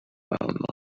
found